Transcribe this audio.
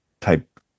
type